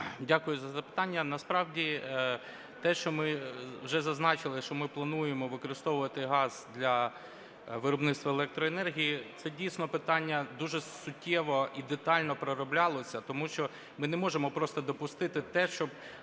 Дякую за запитання. Насправді те, що ми вже зазначили, що ми плануємо використовувати газ для виробництва електроенергії, це дійсно питання дуже суттєво і детально пророблялося, тому що ми не можемо просто допустити те, щоб,